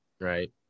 right